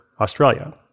Australia